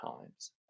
times